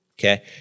Okay